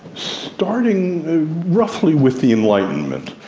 starting roughly with the enlightenment,